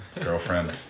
Girlfriend